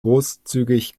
großzügig